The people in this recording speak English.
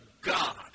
God